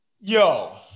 Yo